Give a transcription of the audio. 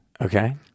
okay